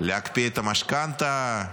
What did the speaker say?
להקפיא את המשכנתה.